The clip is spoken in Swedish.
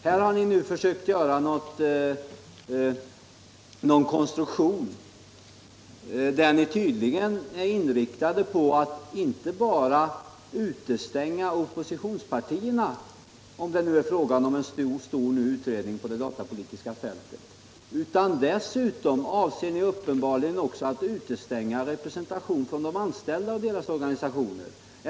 Här har ni försökt att göra en konstruktion där ni tydligen är inriktade på att inte bara utestänga oppositionspartierna, om det nu är fråga om en stor ny utredning på det datapolitiska fältet, utan också utestänga representation för de anställda och deras organisationer.